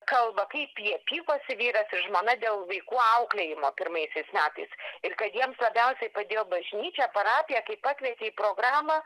kalba kaip jie pykosi vyras ir žmona dėl vaikų auklėjimo pirmaisiais metais ir kad jiems labiausiai padėjo bažnyčia parapija kaip pakvietė į programą